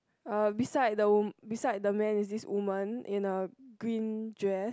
uh beside the wom~ beside the man is this woman in a green dress